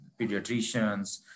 pediatricians